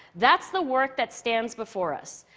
that's the work that stands before us.